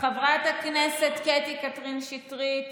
חברת הכנסת קטי קטרין שטרית,